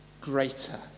greater